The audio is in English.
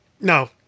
no